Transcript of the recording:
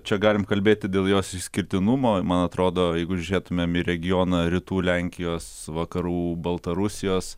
čia galim kalbėti dėl jos išskirtinumo man atrodo jeigu žiūrėtumėm į regioną rytų lenkijos vakarų baltarusijos